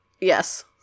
Yes